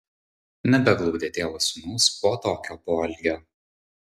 nebeglaudė tėvas sūnaus po tokio poelgio